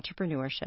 entrepreneurship